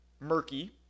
murky